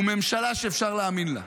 הוא ממשלה שאפשר להאמין לה.